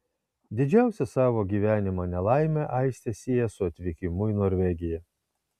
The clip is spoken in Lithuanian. didžiausią savo gyvenimo nelaimę aistė sieja su atvykimu į norvegiją